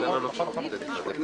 לסיים.